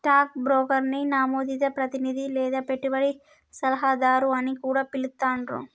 stock బ్రోకర్ని నమోదిత ప్రతినిధి లేదా పెట్టుబడి సలహాదారు అని కూడా పిలుత్తాండ్రు